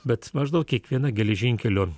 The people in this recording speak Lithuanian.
bet maždaug kiekviena geležinkelio